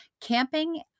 camping